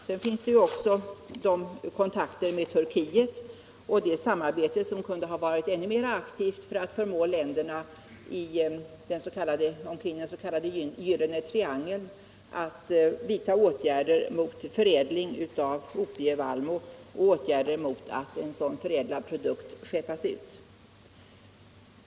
Sedan är det ju också fråga om kontakter med Turkiet och det samarbete som kunde ha varit ännu mer aktivt för att förmå länderna i den s.k. Gyllene triangeln att vidta åtgärder mot förädling av opievallmo och åtgärder mot att en sådan förädlad produkt skeppas ut.